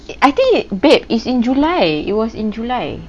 I I think babe it's in july it was in july